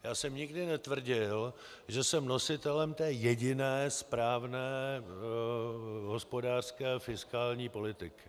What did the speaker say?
Já jsem nikdy netvrdil, že jsem nositelem té jediné správné hospodářské fiskální politiky.